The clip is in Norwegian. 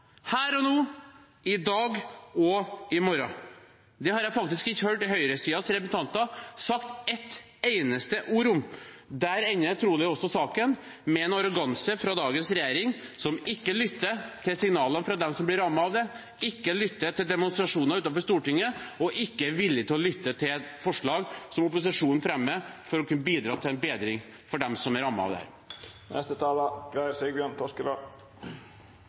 jeg faktisk ikke hørt høyresidens representanter si et eneste ord om. Der ender trolig også saken – med en arroganse fra dagens regjering, som ikke lytter til signalene fra dem som blir rammet, som ikke lytter til demonstrasjoner utenfor Stortinget, og som ikke er villig til å lytte til forslag som opposisjonen fremmer, for å kunne bidra til en bedring for dem som er rammet. Det er stor oppmerksomhet om Kristelig Folkeparti. Det